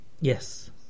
Yes